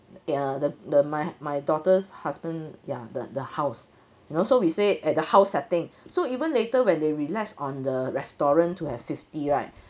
ya the the my my daughter's husband ya the the house you know so we say at the how setting so even later when they relax on the restaurant to have fifty right